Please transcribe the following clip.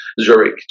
Zurich